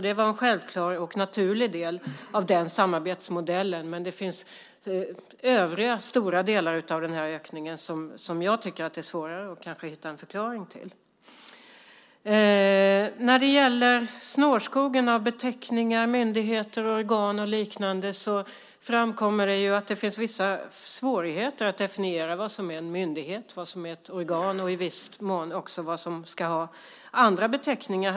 Det var en självklar och naturlig del av den samarbetsmodellen, men det finns övriga stora delar av den här ökningen som jag tycker att det är lite svårare att hitta en förklaring till. När det gäller snårskogen av beteckningar, myndigheter, organ och liknande framkommer det att det finns vissa svårigheter att definiera vad som är en myndighet, vad som är ett organ och i viss också mån vad som ska ha andra beteckningar.